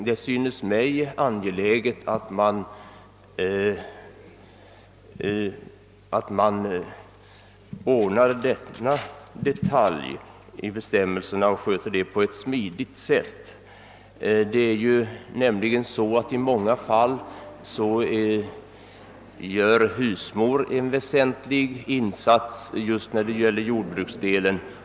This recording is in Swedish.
Det synes mig angeläget att man ordnar denna detalj i bestämmelserna på ett smidigt sätt. I många fall gör nämligen husmodern och ibland också andra familjemedlemmar en väsentlig insats när det gäller just jordbruksdelen.